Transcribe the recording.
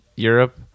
Europe